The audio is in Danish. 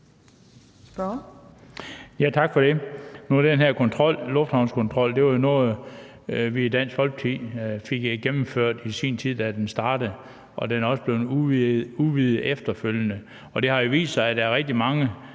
er den her lufthavnskontrol jo noget, som vi i Dansk Folkeparti fik gennemført i sin tid, og den er også blevet udvidet efterfølgende. Det har jo vist sig, at der er rigtig mange,